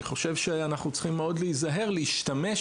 אני חושב שאנחנו צריכים להיזהר מאוד מלהשתמש